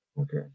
Okay